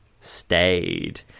stayed